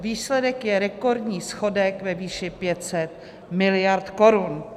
Výsledek je rekordní schodek ve výši 500 miliard korun.